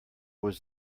was